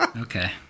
Okay